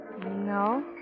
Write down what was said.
No